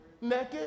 naked